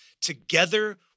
together